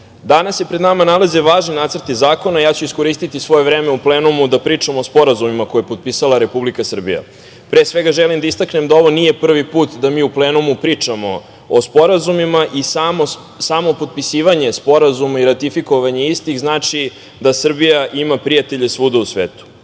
danas se pred nama nalaze važni nacrti zakona i ja ću iskoristiti svoje vreme u plenumu da pričam o sporazumima koje je potpisala Republika Srbija. Pre svega, želim da istaknem da ovo nije prvi put da mi u plenumu pričamo o sporazumima i samo potpisivanje sporazuma i ratifikovanje istih znači da Srbija ima prijatelje svuda u